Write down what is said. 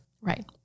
Right